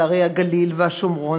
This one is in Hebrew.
על הרי הגליל והשומרון,